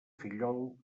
fillol